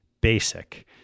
basic